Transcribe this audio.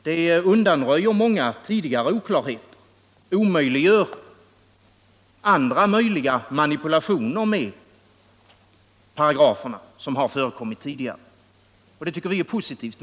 Det undanröjer många tidigare oklarheter och omöjliggör sådana manipulationer med paragraferna som har förekommit tidigare. Det ta tycker vi är positivt.